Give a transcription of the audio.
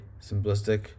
simplistic